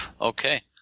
Okay